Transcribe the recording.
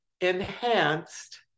enhanced